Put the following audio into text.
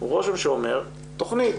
הוא רושם שאומר תכנית